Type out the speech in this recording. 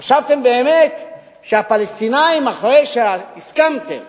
חשבתם באמת שהפלסטינים, אחרי שהסכמתם